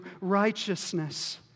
righteousness